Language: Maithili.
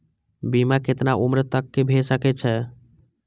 बीमा केतना उम्र तक के भे सके छै?